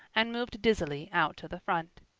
and moved dizzily out to the front.